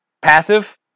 Passive